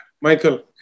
Michael